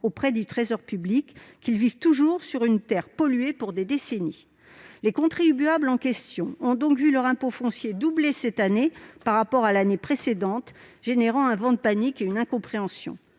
auprès du trésor public qu'ils vivent toujours sur une terre polluée pour des décennies. Les contribuables en question ont donc vu leur impôt foncier doubler cette année par rapport à l'année précédente, suscitant un vent de panique et une incompréhension.